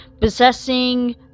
possessing